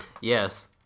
Yes